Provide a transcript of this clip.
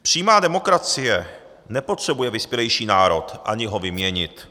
Přímá demokracie nepotřebuje vyspělejší národ, ani ho vyměnit.